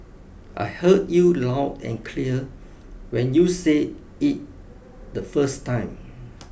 I heard you loud and clear when you said it the first time